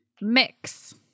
Mix